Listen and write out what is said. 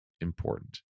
important